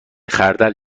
خردل